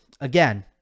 again